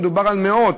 מדובר על מאות.